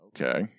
okay